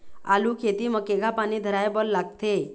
आलू खेती म केघा पानी धराए बर लागथे?